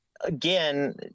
Again